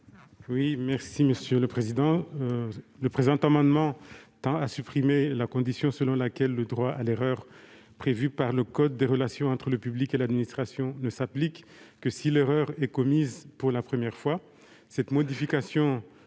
la commission sur l'amendement n° 29 ? Cet amendement tend à supprimer la condition selon laquelle le droit à l'erreur prévu par le code des relations entre le public et l'administration ne s'applique que si l'erreur est commise pour la première fois. Néanmoins, cette modification